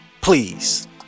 Please